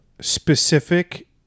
specific